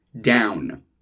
down